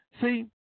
See